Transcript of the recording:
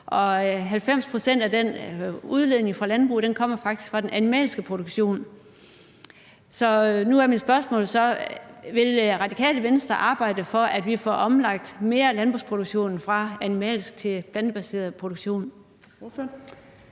90 pct. af udledningen fra landbruget faktisk kommer fra den animalske produktion. Så mit spørgsmål er nu: Vil Radikale Venstre arbejde for, at vi får omlagt mere af landbrugsproduktionen fra animalsk til plantebaseret produktion?